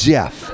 Jeff